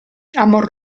amor